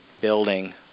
building